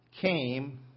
came